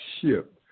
ship